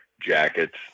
jackets